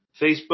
facebook